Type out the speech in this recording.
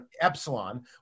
epsilon